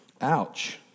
Ouch